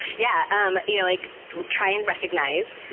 yeah, um you know like try and recognize,